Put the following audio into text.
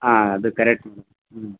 ಹಾಂ ಅದು ಕರೆಕ್ಟ್ ಹ್ಞೂ